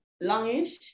longish